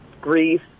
grief